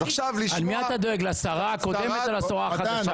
למי אתה דואג, לשרה הקודמת או לשרה החדשה?